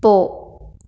போ